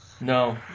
no